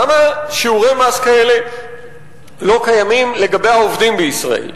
למה שיעורי מס כאלה לא קיימים לגבי העובדים בישראל?